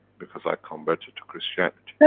because i converted to christianity.